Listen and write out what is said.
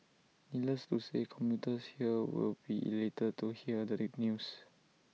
needless to say commuters here will be elated to hear the news